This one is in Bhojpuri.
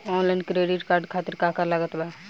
आनलाइन क्रेडिट कार्ड खातिर का का लागत बा?